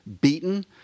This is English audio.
beaten